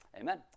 Amen